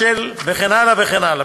וכן הלאה וכן הלאה.